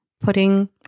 putting